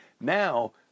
Now